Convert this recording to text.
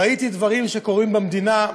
ראיתי דברים שקורים במדינה,